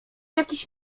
jakiś